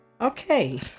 Okay